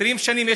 20 שנים.